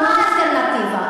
מה האלטרנטיבה?